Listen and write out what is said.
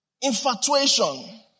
Infatuation